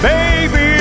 Baby